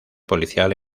policial